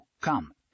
Come